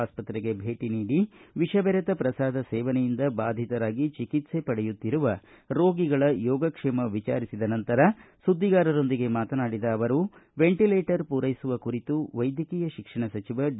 ಆಸ್ಪತ್ರೆಗೆ ಭೇಟ ನೀಡಿ ವಿಷಬೆರೆತ ಪ್ರಸಾದ ಸೇವನೆಯಿಂದ ಬಾಧಿತರಾಗಿ ಚಿಕಿತ್ತೆ ಪಡೆಯುತ್ತಿರುವ ರೋಗಿಗಳ ಯೋಗಕ್ಷೇಮ ವಿಚಾರಿಸಿದ ನಂತರ ಸುದ್ದಿಗಾರರೊಂದಿಗೆ ಮಾತನಾಡಿದ ಅವರು ವೆಂಟಲೇಟರ್ ಪೂರೈಸುವ ಕುರಿತು ವೈದ್ಯಕೀಯ ಶಿಕ್ಷಣ ಸಚಿವ ಡಿ